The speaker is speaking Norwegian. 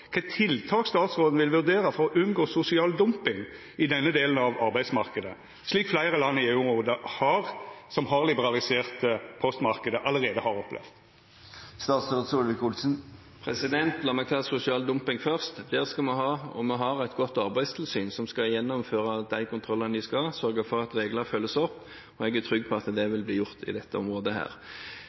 kva for tiltak statsråden vil vurdera for å unngå sosial dumping i denne delen av arbeidsmarknaden, slik fleire land i EU-området som allereie har liberalisert postmarknaden, har opplevd? La meg ta sosial dumping først. Der skal vi ha – og vi har – et godt arbeidstilsyn som skal gjennomføre de kontrollene de skal, og sørge for at regler følges opp, og jeg er trygg på at det vil bli gjort på dette området.